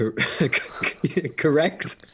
correct